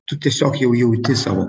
tu tiesiog jau jauti savo